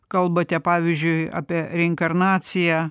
kalbate pavyzdžiui apie reinkarnaciją